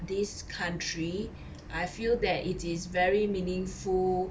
this country I feel that it is very meaningful